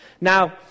Now